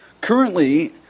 currently